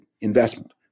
investment